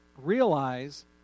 realize